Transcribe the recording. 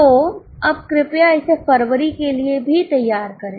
तो अब कृपया इसे फरवरी के लिए भी तैयार करें